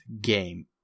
game